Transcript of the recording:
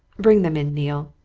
bring them in, neale.